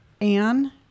Anne